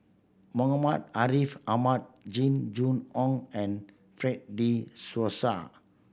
Muhammad Ariff Ahmad Jing Jun Hong and Fred De Souza